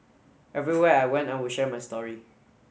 everywhere I went I would share my story